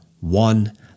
one